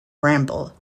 bramble